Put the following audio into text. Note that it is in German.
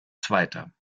zweiter